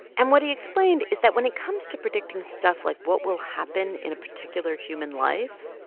and what he explained is that when it comes to predicting stuff like what will happen in a particular human life,